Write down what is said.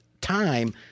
time